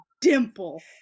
dimple